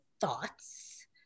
thoughts